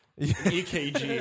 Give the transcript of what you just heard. EKG